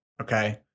Okay